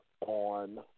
on